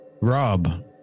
Rob